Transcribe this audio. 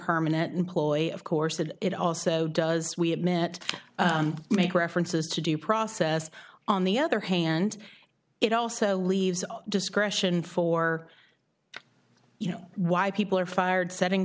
permanent employee of course and it also does we admit make references to due process on the other hand it also leaves discretion for you know why people are fired setting